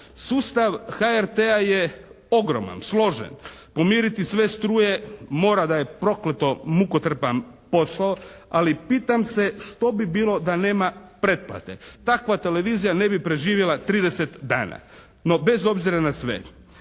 Sustav HRT-a je ogroman, složen. Pomiriti sve struje mora da je prokleto mukotrpan posao, ali pitam se što bi bilo da nema pretplate. Takva televizija ne bi preživjela 30 dana. No bez obzira na sve